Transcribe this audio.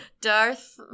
darth